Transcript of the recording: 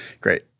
Great